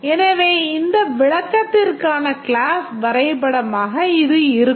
எனவே இந்த விளக்கத்திற்கான கிளாஸ் வரைபடமாக இது இருக்கும்